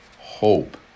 hope